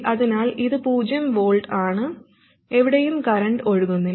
അതിനാൽ ഇത് പൂജ്യം വോൾട്ട് ആണ് എവിടെയും കറന്റ് ഒഴുകുന്നില്ല